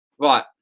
Right